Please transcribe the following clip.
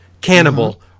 cannibal